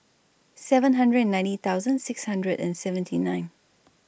seven hundred and ninety thousand six hundred and seventy nine